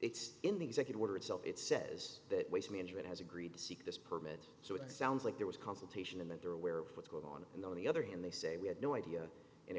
it's in the executive order itself it says that waste management has agreed to seek this permit so it sounds like there was consultation and that they're aware of what's going on and on the other hand they say we had no idea and it